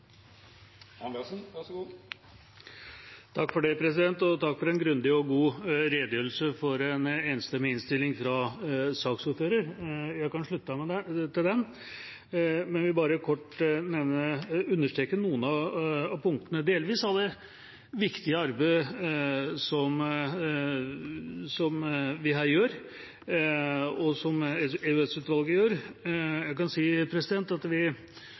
Takk til saksordføreren for en grundig og god redegjørelse om den enstemmige innstillingen. Jeg kan slutte meg til den, men vil bare kort understreke noen av punktene i det viktige arbeidet som vi her gjør, og som EOS-utvalget gjør. Vi har hatt anledning til å sammenlikne måten vi